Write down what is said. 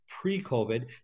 pre-COVID